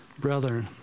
brethren